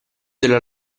della